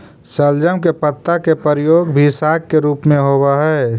शलजम के पत्ता के प्रयोग भी साग के रूप में होव हई